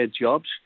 jobs